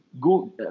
go